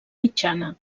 mitjana